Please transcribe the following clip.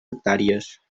hectàrees